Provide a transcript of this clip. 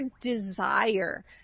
desire